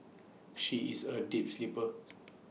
she is A deep sleeper